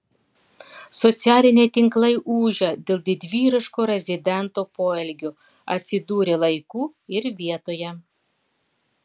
socialiniai tinklai ūžia dėl didvyriško rezidento poelgio atsidūrė laiku ir vietoje